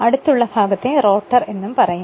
അതിന് അടുത്തുള്ള ഭാഗത്തെ റോട്ടർ എന്നും പറയും